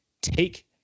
take